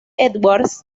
edwards